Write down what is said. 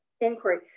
inquiry